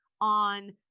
on